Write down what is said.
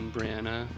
Brianna